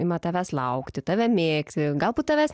ima tavęs laukti tave mėgti galbūt tavęs